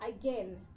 again